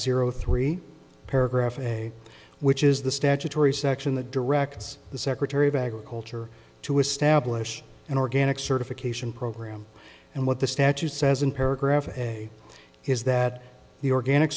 zero three paragraph a which is the statutory section that directs the secretary of agriculture to establish an organic certification program and what the statute says in paragraph a is that the organic